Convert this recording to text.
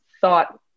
thought